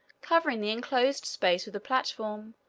covering the inclosed space with a platform,